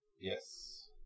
yes